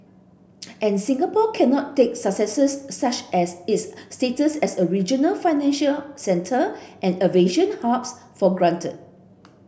and Singapore cannot take successes such as its status as a regional financial centre and aviation hubs for granted